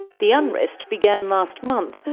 the unrest began last month,